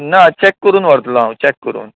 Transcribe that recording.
ना चेक करून व्हरतलो हांव चेक करून